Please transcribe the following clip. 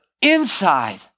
inside